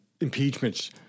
impeachments